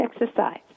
exercise